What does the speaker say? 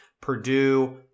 Purdue